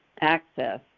access